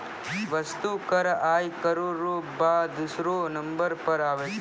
वस्तु कर आय करौ र बाद दूसरौ नंबर पर आबै छै